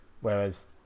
whereas